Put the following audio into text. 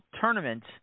tournament